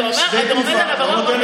מה להיזהר, אתה אומר, דברים לא נכונים.